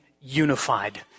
unified